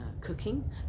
cooking